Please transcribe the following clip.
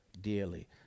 dearly